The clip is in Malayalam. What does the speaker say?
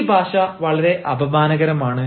ഈ ഭാഷ വളരെ അപമാനകരമാണ്